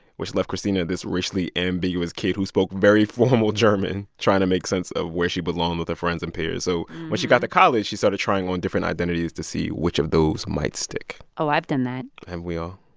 which left kristina, this racially ambiguous kid who spoke very formal german, trying to make sense of where she belonged with her friends and peers. so when she got to college, she started trying on different identities to see which of those might stick oh, i've done that haven't and we all?